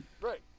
Right